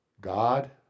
God